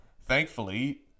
Thankfully